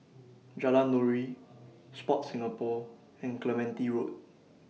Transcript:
Jalan Nuri Sport Singapore and Clementi Road